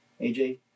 AJ